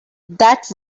that